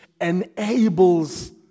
enables